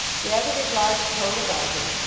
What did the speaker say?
gathered his large coat about him,